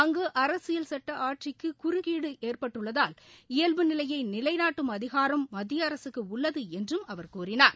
அங்கு அரசியல் சுட்ட ஆட்சிக்கு குறுக்கீடு ஏற்பட்டுள்ளதால் இயல்பு நிலையை நிலைநாட்டும் அதிகாரம் மத்திய அரசுக்கு உள்ளது என்றும அவர் கூறினார்